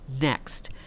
Next